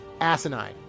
asinine